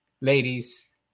ladies